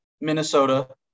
Minnesota